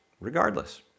regardless